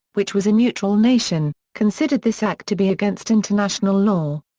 which was a neutral nation, considered this act to be against international law.